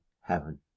Heaven